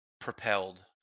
propelled